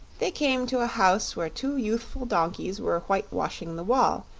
they came to a house where two youthful donkeys were whitewashing the wall,